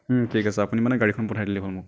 ঠিক আছে আপুনি মানে গাড়ীখন পঠাই দিলেই হ'ল মোক